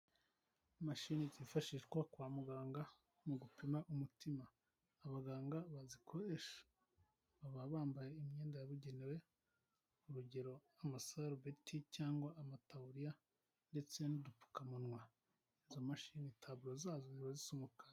Imashini zifashishwa kwa muganga mu gupima umutima , abaganga bazikoresha baba bambaye imyenda yabugenewe. Urugero : Amasarubeti cyangwa amatabuririya ndetse n'udupfukamunwa ,izo mashini taburo zazo ziba zisa umukara.